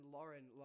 Lauren